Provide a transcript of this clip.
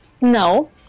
No